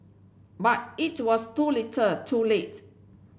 but it was too little too late